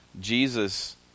Jesus